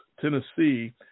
Tennessee